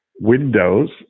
windows